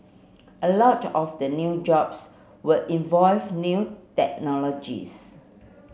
a lot of the new jobs would involve new technologies